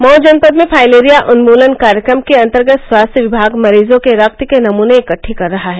मऊ जनपद में फाइलेरिया उन्मूलन कार्यक्रम के अंतर्गत स्वास्थ्य विभाग मरीजों के रक्त के नमूने एकत्र कर रहा है